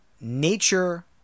nature